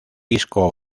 disco